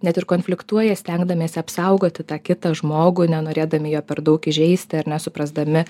net ir konfliktuoja stengdamiesi apsaugoti tą kitą žmogų nenorėdami jo per daug įžeisti ar ne suprasdami